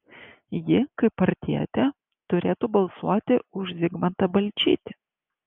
ji kaip partietė turėtų balsuoti už zigmantą balčytį